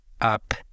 up